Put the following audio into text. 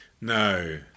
No